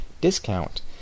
discount